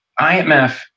IMF